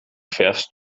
fährst